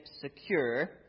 secure